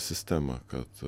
sistemą kad